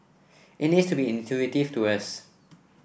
it needs to be intuitive to us